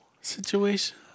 situation